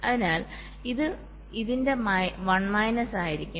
അതിനാൽ ഇത് ഇതിന്റെ 1 മൈനസ് ആയിരിക്കും